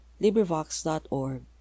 LibriVox.org